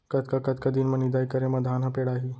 कतका कतका दिन म निदाई करे म धान ह पेड़ाही?